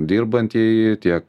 dirbantieji tiek